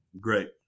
Great